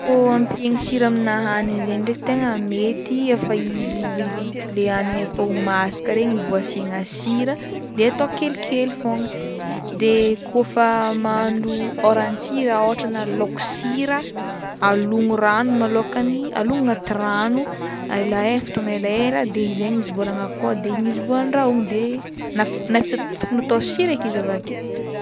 Koa ampihegna sira amina hanigny zegny ndraiky tegna mety efa izy ry le hanigny efa ho masaka regny vao asiagna sira de atao kelikely fogna de kaofa mahandro ôran-tsira ôhatra na laoko sira alogno rano malôkany alogno agnaty rano a ela e- fa tonga e lera de izaigny izy vao alagna akao de igny izy vao andraho de na efa ts- na efa ts- tsy tokony atao sira eky izy avake.